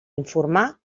informar